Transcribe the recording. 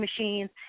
machines